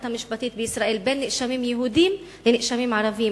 המשפטית בישראל בין נאשמים יהודים לנאשמים ערבים.